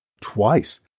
twice